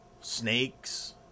snakes